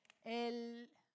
El